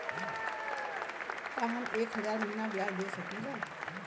का हम एक हज़ार महीना ब्याज दे सकील?